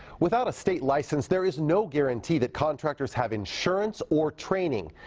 without a state license, there is no guarantee that contractors have insurance or training.